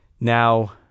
Now